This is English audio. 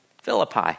Philippi